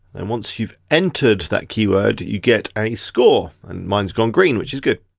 then once you've entered that keyword, you get a score. and mine's gone green, which is good.